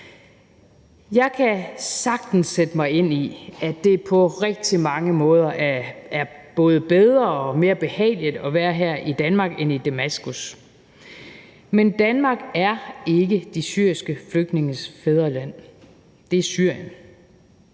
Jeg kan sagtens sætte mig ind i, at det på rigtig mange måder er både bedre og mere behageligt at være her i Danmark end i Damaskus. Men Danmark er ikke de syriske flygtninges fædreland; det er Syrien.